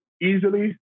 easily